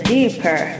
Deeper